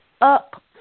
up